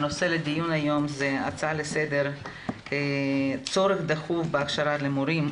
נושא הדיון היום הוא הצעה לסדר- צורך דחוף בהכשרה למורים,